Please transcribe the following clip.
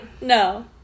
No